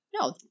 No